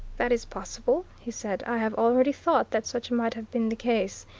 that is possible, he said. i have already thought that such might have been the case.